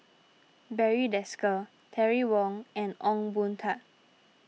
Barry Desker Terry Wong and Ong Boon Tat